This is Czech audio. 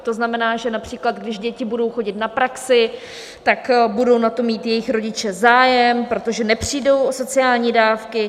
To znamená, že například když děti budou chodit na praxi, budou na tom mít jejich rodiče zájem, protože nepřijdou o sociální dávky.